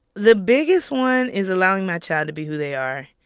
the biggest one is allowing my child to be who they are.